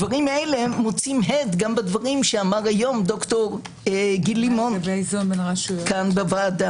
דברים אלה מוצאים הד גם בדברי שאמר היום ד"ר גיל לימון כאן בוועדה.